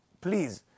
please